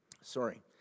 sorry